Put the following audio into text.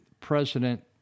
President